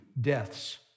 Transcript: deaths